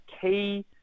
key